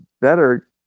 better